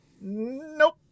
Nope